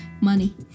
Money